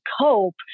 cope